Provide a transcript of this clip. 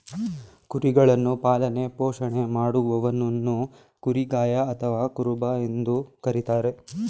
ಕುರಿಗಳನ್ನು ಪಾಲನೆ ಪೋಷಣೆ ಮಾಡುವವನನ್ನು ಕುರಿಗಾಯಿ ಅಥವಾ ಕುರುಬ ಎಂದು ಕರಿತಾರೆ